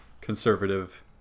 conservative